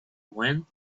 went